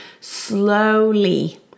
slowly